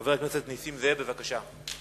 חבר הכנסת נסים זאב, בבקשה.